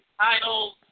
Titles